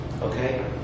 Okay